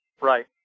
Right